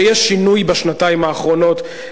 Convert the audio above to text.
שיש שינוי בשנתיים האחרונות,